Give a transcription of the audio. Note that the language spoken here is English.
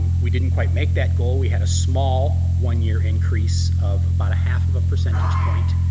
we didn't quite make that goal. we had a small one year increase of about a half of a percentage point